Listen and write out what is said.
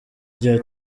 rya